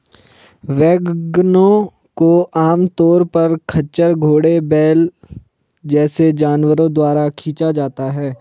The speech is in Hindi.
वैगनों को आमतौर पर खच्चर, घोड़े, बैल जैसे जानवरों द्वारा खींचा जाता है